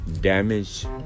damage